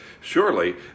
Surely